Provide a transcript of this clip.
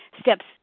steps